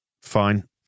fine